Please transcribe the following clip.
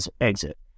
exit